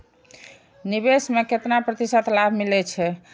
निवेश में केतना प्रतिशत लाभ मिले छै?